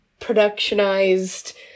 productionized